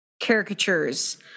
caricatures